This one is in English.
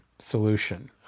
Solution